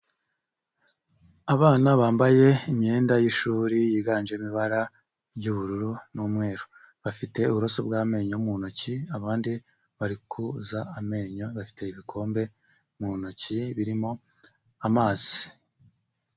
Abana bambaye imyenda y'ishuri yiganjemo ibara ry'ubururu n'umweru, bafite uburoso bw'amenyo mu ntoki, abandi bari koza amenyo bafite ibikombe mu ntoki birimo amazi.